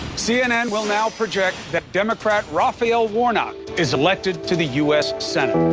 cnn will now project that democrat rafael warnock is elected to the u s. senate.